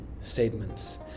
statements